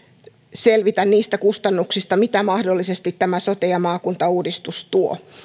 selvitä niistä kustannuksista mitä mahdollisesti tämä sote ja maakuntauudistus tuo